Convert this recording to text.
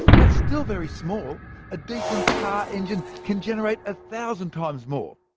that's still very small a decent car engine can generate a thousand times more.